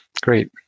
Great